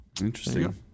Interesting